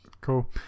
cool